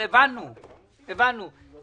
צוין במפורש שהן בהחלטת הממשלה והן בהחלטת ועדת